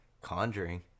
Conjuring